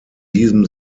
diesem